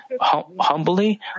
humbly